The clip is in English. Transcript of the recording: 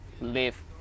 live